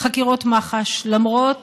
חקירות מח"ש, למרות